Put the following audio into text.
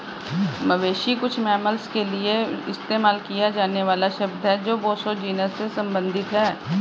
मवेशी कुछ मैमल्स के लिए इस्तेमाल किया जाने वाला शब्द है जो बोसो जीनस से संबंधित हैं